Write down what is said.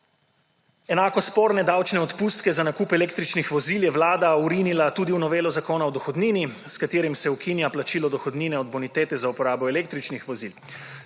enako sporne davčne odpustke za nakup električnih vozil je Vlada vrinila tudi v novelo Zakona o dohodnini s katerim se ukinja plačilo dohodnine od bonitete za uporabo električnih vozil.